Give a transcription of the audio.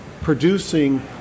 producing